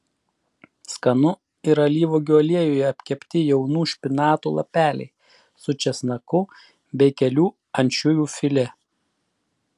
skanu ir alyvuogių aliejuje apkepti jaunų špinatų lapeliai su česnaku bei kelių ančiuvių filė